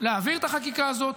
להעביר את החקיקה הזאת.